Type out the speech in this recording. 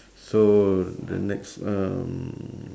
so the next um